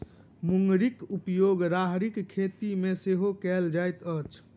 मुंगरीक उपयोग राहरिक खेती मे सेहो कयल जाइत अछि